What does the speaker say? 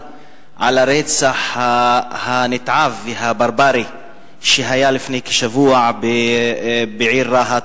מהרצח הנתעב והברברי שהיה לפני כשבוע בעיר רהט,